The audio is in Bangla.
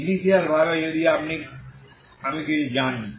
ইনিশিয়ালভাবে যদি আমি কিছু জানি